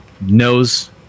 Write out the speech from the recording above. knows